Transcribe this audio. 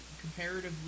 comparatively